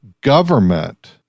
government